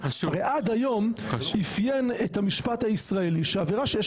הרי עד היום אפיין את המשפט הישראלי שעבירה שיש